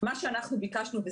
מה שביקשנו,